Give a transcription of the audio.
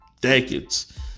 decades